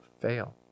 fail